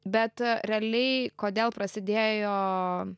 bet a realiai kodėl prasidėjo